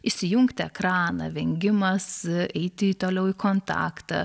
įsijungti ekraną vengimas eiti toliau į kontaktą